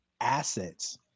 assets